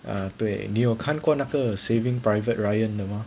啊对你有看过那个 saving private ryan 的吗